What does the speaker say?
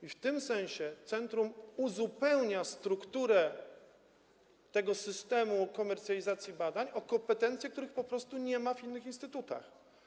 I w tym sensie centrum uzupełnia strukturę tego systemu komercjalizacji badań o kompetencje, których po prostu nie ma w innych instytutach.